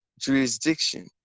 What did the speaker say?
jurisdiction